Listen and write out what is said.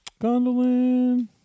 Gondolin